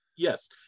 Yes